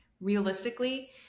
realistically